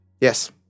Yes